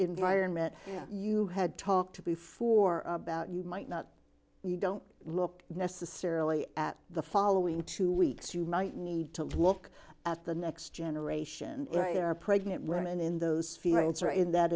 environment you had talked to before about you might not you don't look necessarily at the following two weeks you might need to look at the next generation there are pregnant women in those